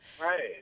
Right